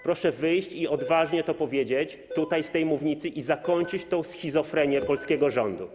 Proszę wyjść i odważnie to powiedzieć tutaj, z tej mównicy, i zakończyć tę schizofrenię polskiego rządu.